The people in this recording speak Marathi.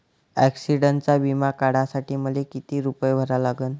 ॲक्सिडंटचा बिमा काढा साठी मले किती रूपे भरा लागन?